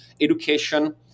education